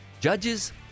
Judges